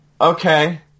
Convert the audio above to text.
okay